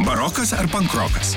barokas ar pankrokas